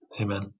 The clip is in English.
Amen